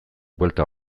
buelta